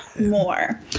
more